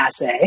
assay